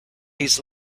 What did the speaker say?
his